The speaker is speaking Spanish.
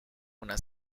una